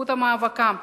בזכות מאבקם,